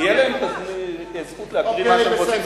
תהיה להם זכות להקריא מה שהם רוצים,